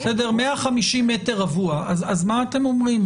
150 מטר רבוע אז מה אתם אומרים?